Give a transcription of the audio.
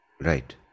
right